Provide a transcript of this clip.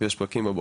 ויש פקקים בבוקר.